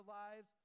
lives